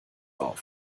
auf